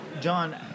john